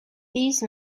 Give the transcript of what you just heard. these